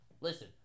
Listen